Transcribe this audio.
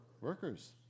Workers